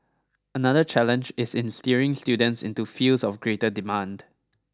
another challenge is in steering students into fields of greater demand